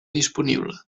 disponible